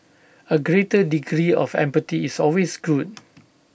A greater degree of empathy is always good